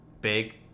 big